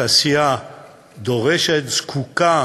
התעשייה דורשת, זקוקה